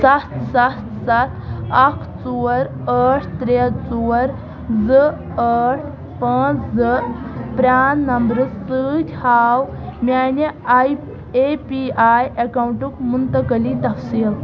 سَتھ سَتھ سَتھ اکھ ژور ٲٹھ ترٛےٚ ژور زٕ ٲٹھ پانژھ زٕ پرٛان نمبرٕ سۭتۍ ہاو میٛانہِ آی اے پی آی اٮ۪کاوُنٛٹُک منتقلی تفصیٖل